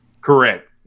Correct